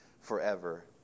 forever